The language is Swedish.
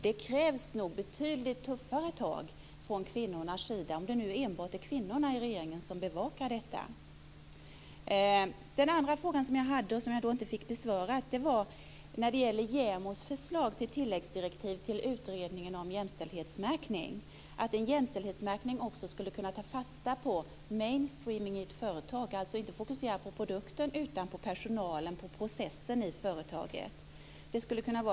Det krävs nog betydligt tuffare tag från kvinnornas sida, om det nu enbart är kvinnorna i regeringen som bevakar detta. Den andra frågan som jag ställde och som jag inte fick besvarad gäller JämO:s förslag till tilläggsdirektiv till utredningen om jämställdhetsmärkning, att en jämställdhetsmärkning också skulle kunna ta fasta på mainstreaming i ett företag, alltså inte fokuserat på produkten utan på personalen och processen i företaget.